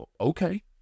Okay